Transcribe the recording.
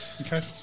Okay